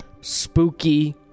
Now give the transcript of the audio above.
Spooky